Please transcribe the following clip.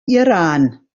iran